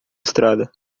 estrada